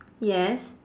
yes